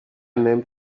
named